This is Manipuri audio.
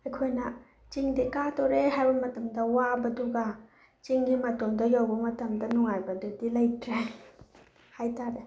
ꯑꯩꯈꯣꯏꯅ ꯆꯤꯡꯗ ꯀꯥꯗꯣꯔꯦ ꯍꯥꯏꯕ ꯃꯇꯝꯗ ꯋꯥꯕꯗꯨꯒ ꯆꯤꯡꯒꯤ ꯃꯇꯣꯟꯗ ꯌꯧꯕ ꯃꯇꯝꯗ ꯅꯨꯡꯉꯥꯏꯕꯗꯨꯗꯤ ꯂꯩꯇ꯭ꯔꯦ ꯍꯥꯏꯇꯥꯔꯦ